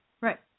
Right